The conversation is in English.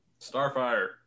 starfire